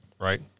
right